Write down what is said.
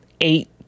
eight